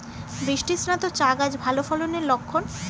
বৃষ্টিস্নাত চা গাছ ভালো ফলনের লক্ষন